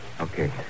Okay